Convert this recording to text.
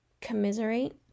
commiserate